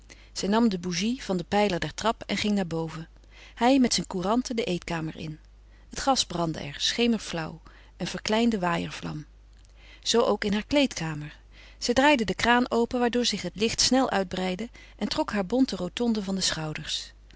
zij nam de bougie van den pijler der trap en ging naar boven hij met zijn couranten de eetkamer in het gas brandde er schemerflauw een verkleinde waaiervlam zoo ook in haar kleedkamer zij draaide de kraan open waardoor zich het licht snel uitbreidde en trok haar bonten rotonde van de schouders